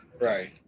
Right